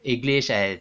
english and